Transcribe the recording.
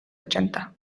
ochenta